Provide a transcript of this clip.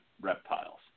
reptiles